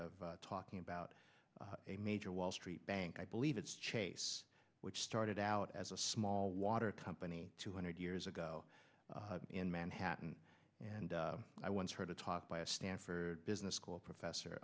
of talking about a major wall street bank i believe it's chase which started out as a small water company two hundred years ago in manhattan and i once heard a talk by a stanford business school professor